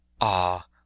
Ah